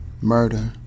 murder